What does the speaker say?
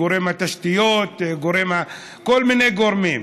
"גורם התשתיות"; כל מיני גורמים.